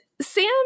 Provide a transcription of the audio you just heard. Sam